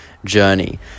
Journey